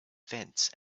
fence